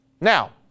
Now